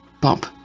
bump